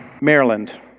Maryland